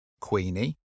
Queenie